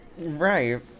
Right